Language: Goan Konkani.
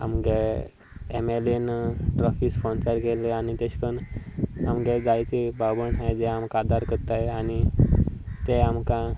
आमच्या M L N trophy sponsor केल्ले आनी तशे करून आमचे जायते भाव भयण आसात ते आमकां आदार करतात आनी ते आमकां